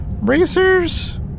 Racers